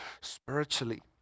spiritually